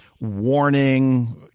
warning